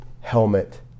helmet